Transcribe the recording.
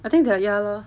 I think that ya lor